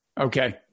Okay